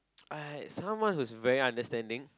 I someone who is very understanding